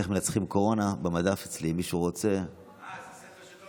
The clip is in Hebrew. אתה יודע כמה